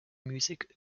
music